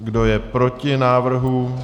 Kdo je proti návrhu?